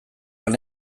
han